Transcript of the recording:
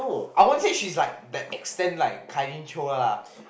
I won't see she's like that extent like Kai-Lin chio lah